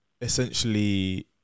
essentially